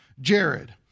Jared